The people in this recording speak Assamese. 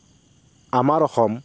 আমাৰ অসম